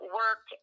work